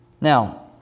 Now